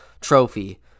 trophy